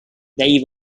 they